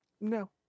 No